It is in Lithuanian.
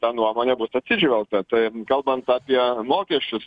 tą nuomonę bus atsižvelgta tai kalbant apie mokesčius